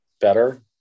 better